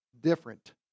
different